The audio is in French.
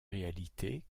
réalité